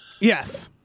Yes